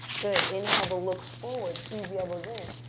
good, inhale to look forward. squeeze the elbows in.